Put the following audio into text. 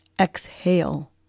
Exhale